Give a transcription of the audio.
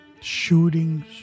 shootings